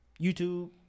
YouTube